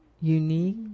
Unique